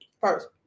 first